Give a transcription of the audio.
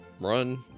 Run